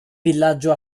villaggio